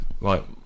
Right